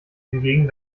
hingegen